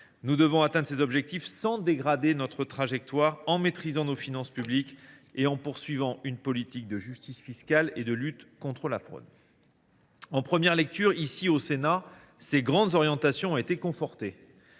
Nous devons atteindre ces objectifs sans dégrader notre trajectoire, en maîtrisant nos finances publiques et en poursuivant une politique de justice fiscale et de lutte contre la fraude. En première lecture, ici, au Sénat, ces grandes orientations ont été confortées.